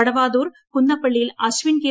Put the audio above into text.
വടവാതൂർ കുന്നപ്പള്ളിയിൽ അശ്വിൻ കെ